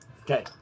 Okay